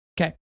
Okay